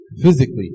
physically